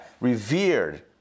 revered